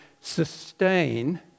sustain